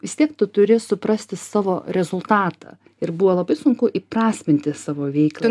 vis tiek tu turi suprasti savo rezultatą ir buvo labai sunku įprasminti savo veiklą